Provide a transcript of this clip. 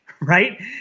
Right